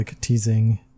teasing